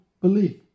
belief